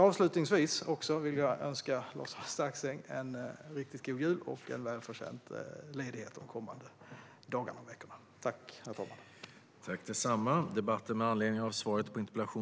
Avslutningsvis vill jag önska Lars-Arne Staxäng en riktigt god jul och en välförtjänt ledighet de kommande dagarna och veckorna.